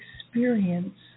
experience